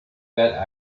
that